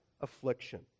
affliction